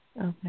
Okay